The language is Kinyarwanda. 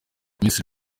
miss